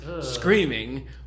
screaming